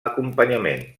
acompanyament